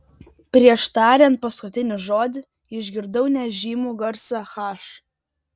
prieš tariant paskutinį žodį išgirdau nežymų garsą h